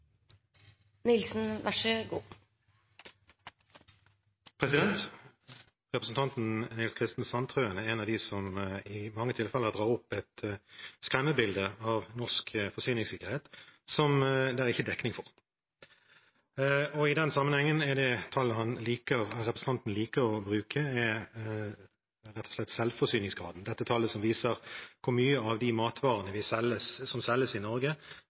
en av dem som i mange tilfeller drar opp et skremmebilde av norsk forsyningssikkerhet, som det ikke er dekning for. Og i den sammenhengen er det ordet som representanten liker å bruke, rett og slett «selvforsyningsgraden», og tallet som viser hvor mye av de matvarene som selges i Norge, som er produsert i Norge.